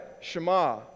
Shema